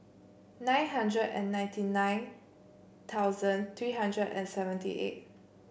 nine hundred and ninety nine thousand three hundred and seventy eight